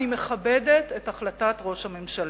ואני מכבדת את החלטת ראש הממשלה,